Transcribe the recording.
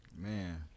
man